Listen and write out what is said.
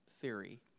theory